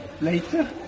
later